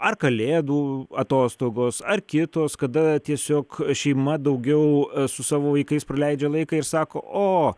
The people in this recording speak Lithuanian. ar kalėdų atostogos ar kitos kada tiesiog šeima daugiau su savo vaikais praleidžia laiką ir sako o